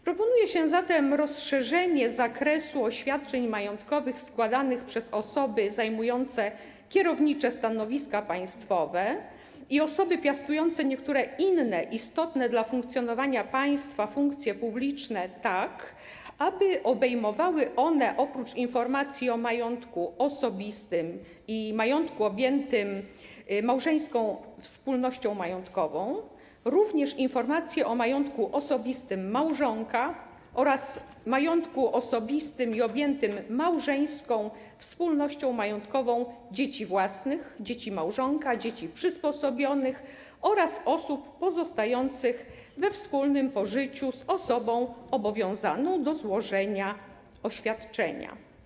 Proponuje się zatem rozszerzenie zakresu oświadczeń majątkowych składanych przez osoby zajmujące kierownicze stanowiska państwowe i osoby piastujące niektóre inne, istotne dla funkcjonowania państwa funkcje publiczne, tak aby obejmowały one oprócz informacji o majątku osobistym i majątku objętym małżeńską wspólnością majątkową również informacje o majątku osobistym małżonka oraz majątku osobistym i objętym małżeńską wspólnością majątkową dzieci własnych, dzieci małżonka, dzieci przysposobionych oraz osób pozostających we wspólnym pożyciu z osobą obowiązaną do złożenia oświadczenia.